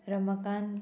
Ramakant